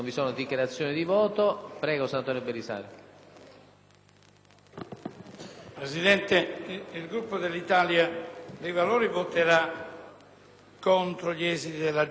Presidente, il Gruppo dell'Italia dei Valori voterà contro gli esiti della Giunta.